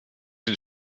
een